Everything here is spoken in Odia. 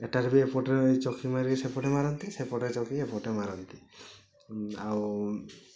ଏଟାରେ ବି ଏପଟରେ ଚକି ମାରିକି ସେପଟେ ମାରନ୍ତି ସେପଟେ ଚକି ଏପଟେ ମାରନ୍ତି ଆଉ